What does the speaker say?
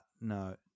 no